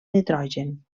nitrogen